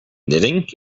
knitting